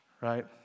Right